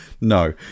no